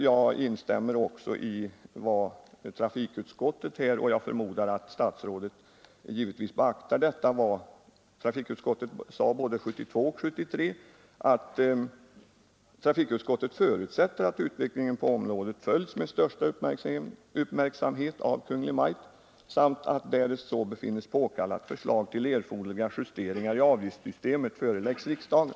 Jag instämmer med vad trafikutskottet sade både 1972 och 1973, och jag förmodar att statsrådet beaktar detta uttalande: ”Utskottet förutsätter dock att utvecklingen på området följs med största uppmärksamhet av Kungl. Maj:t samt att — därest så befinnes påkallat — förslag till erforderliga justeringar i avgiftssystemet föreläggs riksdagen.”